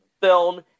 film